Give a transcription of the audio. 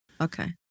okay